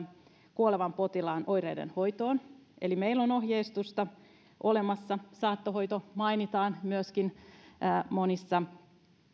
kuolevan potilaan oireiden hoitoon eli meillä on ohjeistusta olemassa saattohoito mainitaan myöskin monissa